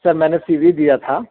سر میں نے سی وی دیا تھا